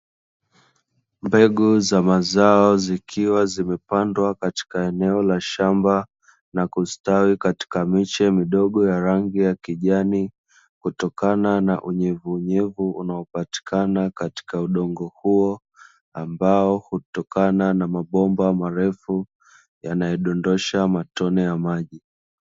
Mbegu za mazao zikiwa zimepandwa katika eneo la shamba, na kustawi katika miche midogo ya rangi ya kijani. Kutokana na unyevuunyevu unaopatikana katika udongo huo, ambao hutokana na mabomba marefu, yanayodondosha matone ya maji.